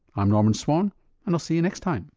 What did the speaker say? i'm norman swan and i'll see you next time